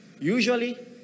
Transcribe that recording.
Usually